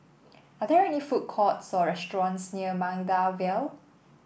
are there any food courts or restaurants near Maida Vale